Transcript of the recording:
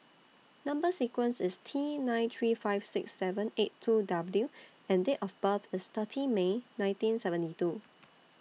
Number sequence IS T nine three five six seven eight two W and Date of birth IS thirty May nineteen seventy two